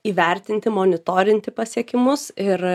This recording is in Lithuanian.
įvertinti monitorinti pasiekimus ir